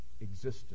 existence